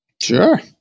Sure